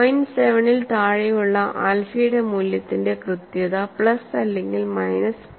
7 ൽ താഴെയുള്ള ആൽഫയുടെ മൂല്യത്തിന്റെ കൃത്യത പ്ലസ് അല്ലെങ്കിൽ മൈനസ് 0